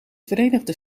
verenigde